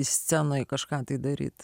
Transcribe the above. scenoj kažką tai daryt